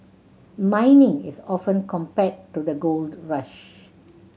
mining is often compared to the gold rush